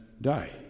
die